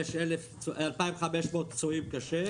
2,500 פצועים קשה.